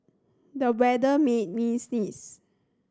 the weather made me sneeze